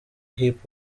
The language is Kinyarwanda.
hip